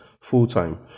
full-time